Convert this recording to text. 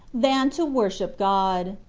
than to worship god.